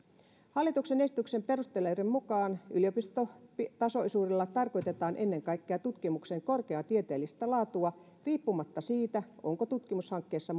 hallituksen esityksen perusteluiden mukaan yliopistotasoisuudella tarkoitetaan ennen kaikkea tutkimuksen korkeaa tieteellistä laatua riippumatta siitä onko tutkimushankkeessa